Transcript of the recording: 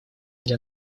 для